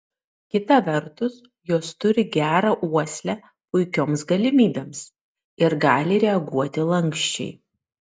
kita vertus jos turi gerą uoslę puikioms galimybėms ir gali reaguoti lanksčiai